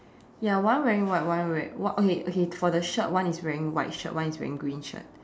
ya one wearing white one wearing what okay okay for the shirt one is wearing white shirt one is wearing green shirt